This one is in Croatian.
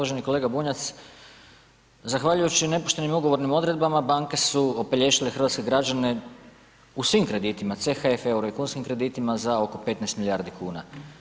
Uvaženi kolega Bunjac, zahvaljujući nepoštenim i ugovornim odredbama banke su opelješile hrvatske građane u svim kreditima CHF, EUR i kunskim kreditima za oko 15 milijardi kuna.